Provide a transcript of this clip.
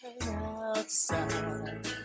outside